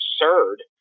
absurd